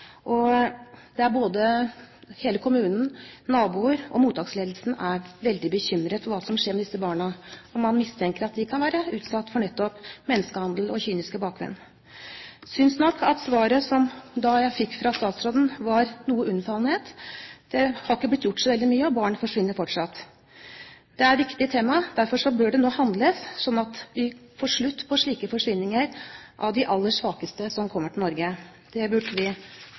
Hele kommunen, naboer og mottaksledelsen er veldig bekymret for hva som skjer med disse barna. Man mistenker at de kan være utsatt for nettopp menneskehandel og kyniske bakmenn. Jeg synes nok at svaret jeg da fikk fra statsråden, var noe unnfallende. Det har ikke blitt gjort så mye, og barn forsvinner fortsatt. Det er et viktig tema. Derfor bør det nå handles, slik at vi får slutt på slike forsvinninger av de aller svakeste som kommer til Norge. Det burde vi